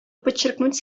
подчеркнуть